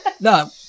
No